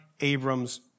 Abram's